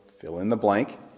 fill-in-the-blank